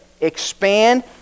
expand